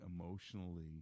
emotionally